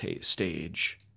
stage